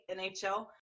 nhl